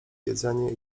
jedzenie